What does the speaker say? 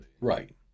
Right